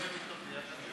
חבריי וידידיי תושבי